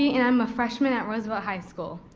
and i'm a freshman at roosevelt high school.